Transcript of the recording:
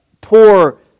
poor